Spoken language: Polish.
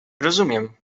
rozumiem